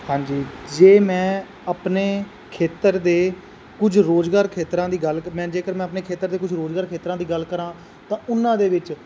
ਹਾਂਜੀ ਜੇ ਮੈਂ ਆਪਣੇ ਖੇਤਰ ਦੇ ਕੁਝ ਰੁਜ਼ਗਾਰ ਖੇਤਰਾਂ ਦੀ ਗੱਲ ਕ ਮੈਂ ਜੇਕਰ ਮੈਂ ਆਪਣੇ ਖੇਤਰ ਦੇ ਕੁਝ ਰੁਜ਼ਗਾਰ ਖੇਤਰਾਂ ਦੀ ਗੱਲ ਕਰਾਂ ਤਾਂ ਉਹਨਾਂ ਦੇ ਵਿੱਚ